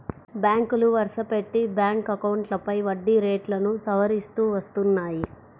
బ్యాంకులు వరుసపెట్టి బ్యాంక్ అకౌంట్లపై వడ్డీ రేట్లను సవరిస్తూ వస్తున్నాయి